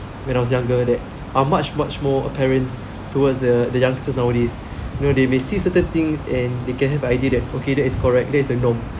when I was younger that are much much more apparent towards the the youngsters nowadays you know they may see certain things and they can have idea that okay that is correct that is the norm